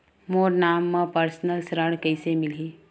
मोर नाम म परसनल ऋण कइसे मिलही?